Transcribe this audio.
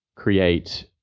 create